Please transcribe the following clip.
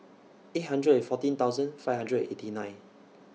eight hundred and fourteen thousand five hundred and eighty nine